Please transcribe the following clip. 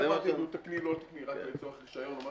אנחנו